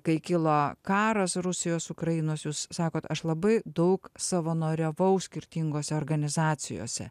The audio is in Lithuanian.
kai kilo karas rusijos ukrainos jūs sakot aš labai daug savanoriavau skirtingose organizacijose